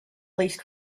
least